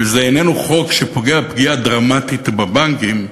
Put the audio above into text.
וזה איננו חוק שפוגע פגיעה דרמטית בבנקים,